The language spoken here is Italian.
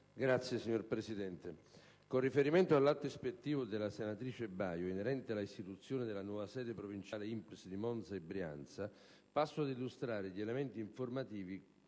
sociali*. Signor Presidente, con riferimento all'atto ispettivo della senatrice Baio e di altri senatori, inerente la istituzione della nuova sede provinciale INPS di Monza e Brianza, passo ad illustrare gli elementi informativi